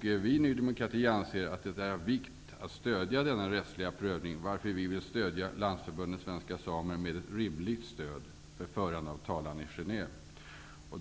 Vi i Ny demokrati anser att det är av vikt att stödja denna rättsliga prövning, och därför vill vi ge Landsförbundet Svenska Samer ett rimligt stöd för förande av talan i Genève.